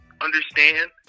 understand